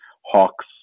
Hawks